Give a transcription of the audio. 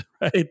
right